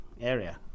area